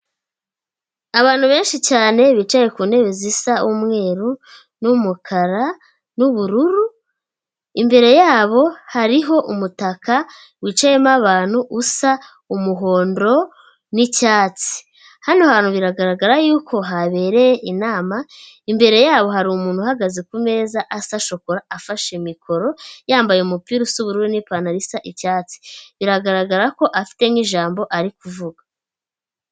Abantu benshi cyane bicaye ku ntebe zisa umweru, n'umukara, n'ubururu. Imbere yabo hariho umutaka wicayemo abantu usa umuhondo, n'icyatsi. Hano hantu biragaragara y'uko habereye inama. Imbere yabo hari umuntu uhagaze ku meza asa shokora afashe mikoro, yambaye umupira usa ubururu n'ipantaro isa icyatsi. Biragaragara ko afite nk'ijambo ari kuvuga.